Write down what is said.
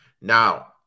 Now